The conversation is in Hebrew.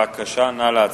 בבקשה, נא להצביע.